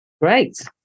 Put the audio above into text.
Great